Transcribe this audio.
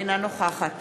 אינה נוכחת